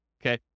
okay